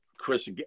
Chris